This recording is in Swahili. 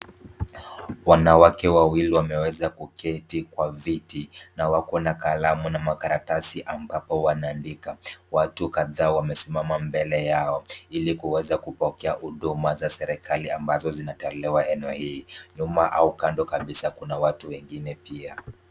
Wanawake wawili wameweza kuketi kwa viti na wako na kalamu na makaratasi ambapo wanaandika. Watu kadhaa wamesimama mbele yao ili kuweza kupokea huduma za serikali ambazo zinatolewa eneo hili. Nyuma au kando kabisa kuna watu wengine pia.